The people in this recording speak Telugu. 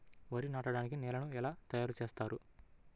వరి నాటడానికి నేలను ఎలా తయారు చేస్తారు?